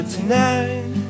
Tonight